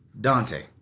Dante